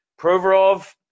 Provorov